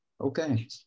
Okay